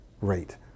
rate